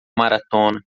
maratona